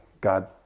God